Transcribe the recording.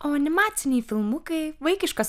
o animaciniai filmukai vaikiškos